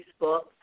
Facebook